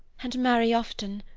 and marry often,